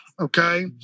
okay